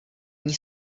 dní